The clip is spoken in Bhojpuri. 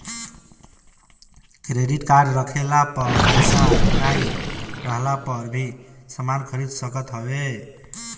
क्रेडिट कार्ड रखला पे पईसा नाइ रहला पअ भी समान खरीद सकत हवअ